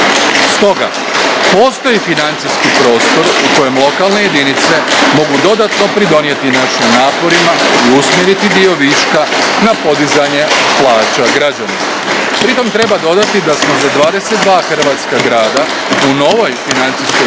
Stoga postoji financijski prostor u kojem lokalne jedinice mogu dodatno pridonijeti našim naporima i usmjeriti dio viška na podizanje plaća građanima. Pritom treba dodati da smo za 22 hrvatska grada u novoj financijskoj